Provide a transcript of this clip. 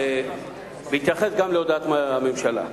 בהתייחס גם להודעת הממשלה.